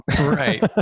Right